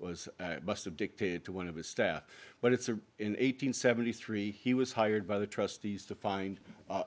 was must have dictated to one of his staff but it's a in eight hundred seventy three he was hired by the trustees to find